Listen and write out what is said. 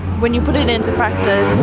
when you put it into practice,